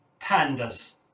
pandas